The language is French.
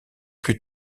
plus